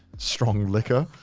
strong liquor.